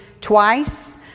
twice